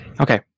okay